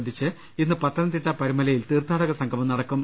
ബന്ധിച്ച് ഇന്ന് പത്തനംതിട്ട പരുമലയിൽ തീർത്ഥാടക സംഗമം നടക്കും